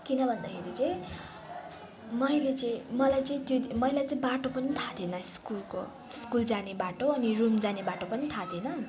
किन भन्दाखेरि चाहिँ मैले चाहिँ मलाई चाहिँ त्यो दिन मलाई चाहिँ बाटो पनि थाहा थिएन स्कुलको स्कुल जाने बाटो अनि रुम जाने बाटो पनि थाहा थिएन